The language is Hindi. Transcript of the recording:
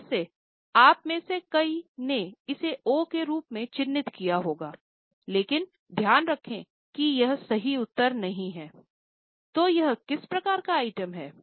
फिर से आप में से कई ने इसे ओ के रूप में चिह्नित किया होगा लेकिन ध्यान रखें कि यह सही उत्तर नहीं है तो यह किस प्रकार का आइटम है